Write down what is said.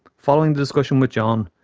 following the discussion with john,